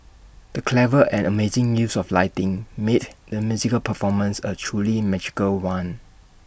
the clever and amazing use of lighting made the musical performance A truly magical one